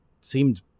seemed